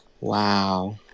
Wow